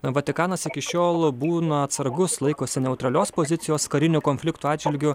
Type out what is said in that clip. vatikanas iki šiol būna atsargus laikosi neutralios pozicijos karinių konfliktų atžvilgiu